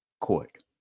court